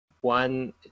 one